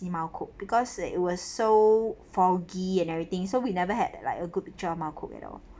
see mount cook because it was so foggy and everything so we never had like a good picture of mount cook at all